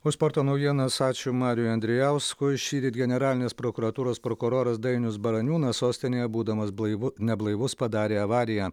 už sporto naujienos ačiū mariui andrijauskui šįryt generalinės prokuratūros prokuroras dainius baraniūnas sostinėje būdamas blaivus neblaivus padarė avariją